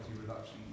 reduction